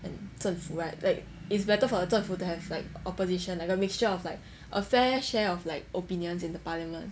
and 政府 right like it's better for the 政府 to have like opposition like a mixture of like a fair share of like opinions in the parliament